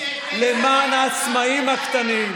למען העצמאים הקטנים,